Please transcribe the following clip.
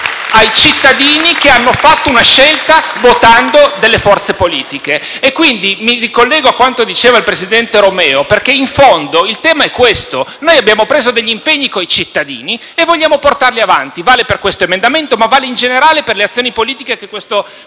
ai cittadini che hanno fatto una scelta votando delle forze politiche. Mi ricollego a quanto diceva il presidente Romeo: in fondo il tema è questo. Noi abbiamo preso degli impegni con i cittadini e vogliamo portarli avanti. Vale per questo emendamento, ma vale, in generale, per le elezioni politiche che questa